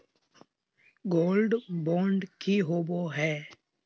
Gold bond की होबो है?